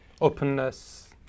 openness